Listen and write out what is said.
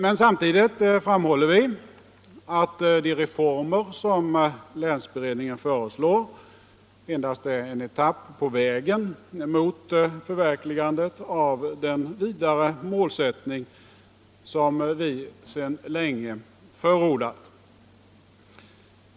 Men samtidigt framhåller vi att de reformer som länsberedningen föreslår endast är en etapp på vägen mot förverkligandet av den vidare målsättning som vi sedan länge förordat.